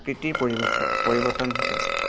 কীৰ্তিৰ পৰিৱৰ্তন পৰিৱৰ্তন ঘটে